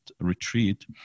retreat